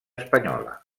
espanyola